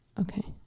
okay